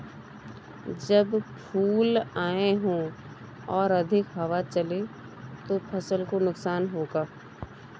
जब फूल आए हों और अधिक हवा चले तो फसल को नुकसान होगा?